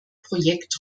projekt